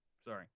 Sorry